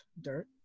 dirt